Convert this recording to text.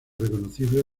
reconocible